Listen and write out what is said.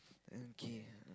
okay